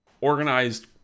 organized